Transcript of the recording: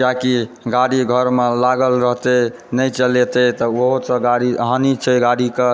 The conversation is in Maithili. किएक कि गाड़ी घऽरमे लागल रहतै नहि चलेतै तऽ ओहो सब गाड़ी हानि छै गाड़ीके